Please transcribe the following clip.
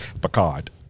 Picard